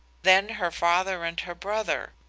then her father and her brother!